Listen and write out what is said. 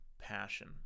passion